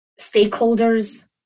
stakeholders